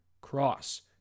Cross